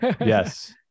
Yes